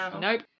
Nope